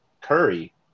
Curry